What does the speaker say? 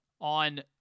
on